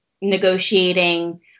Negotiating